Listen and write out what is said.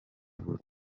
ubu